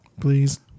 Please